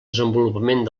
desenvolupament